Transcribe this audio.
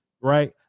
right